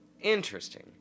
interesting